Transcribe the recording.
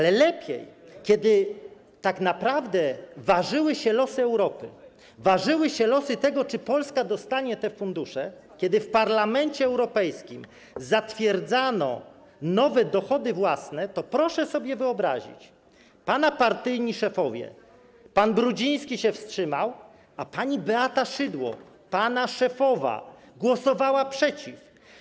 Lepiej - kiedy tak naprawdę ważyły się losy Europy, ważyły się losy tego, czy Polska dostanie te fundusze, kiedy w Parlamencie Europejskim zatwierdzano nowe dochody własne, to proszę sobie wyobrazić, co zrobili pana partyjni szefowie: pan Brudziński się wstrzymał, a pani Beata Szydło, pana szefowa, głosowała przeciw.